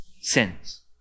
sins